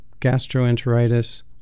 gastroenteritis